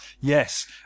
Yes